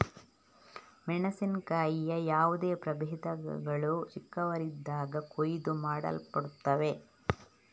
ಮೆಣಸಿನಕಾಯಿಯ ಯಾವುದೇ ಪ್ರಭೇದಗಳು ಚಿಕ್ಕವರಾಗಿದ್ದಾಗ ಕೊಯ್ಲು ಮಾಡಲ್ಪಡುತ್ತವೆ